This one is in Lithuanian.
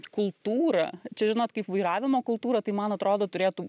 kultūra čia žinot kaip vairavimo kultūra tai man atrodo turėtų